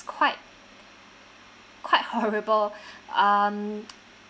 quite quite horrible um